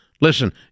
Listen